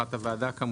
בהסמכת הוועדה כמובן,